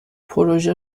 پروژه